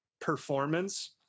performance